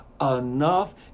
enough